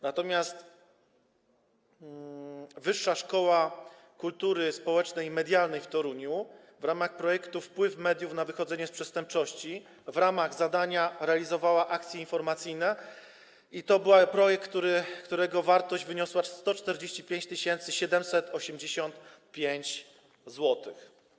Natomiast Wyższa Szkoła Kultury Społecznej i Medialnej w Toruniu w ramach projektu „Wpływ mediów na wychodzenie z przestępczości” w ramach zadania realizowała akcje informacyjne i to był projekt, którego wartość wyniosła 145 785 zł.